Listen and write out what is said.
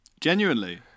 Genuinely